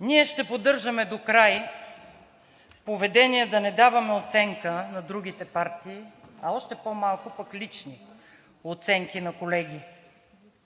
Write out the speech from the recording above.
Ние ще поддържаме докрай поведение да не даваме оценка на другите партии, а още по-малко пък лични оценки на колеги.